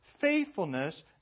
faithfulness